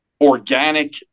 organic